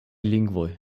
lingvoj